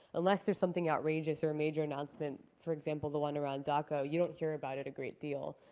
unless there's something outrageous, or a major announcement, for example the one around daca, you don't hear about it a great deal,